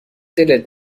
دلت